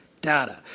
data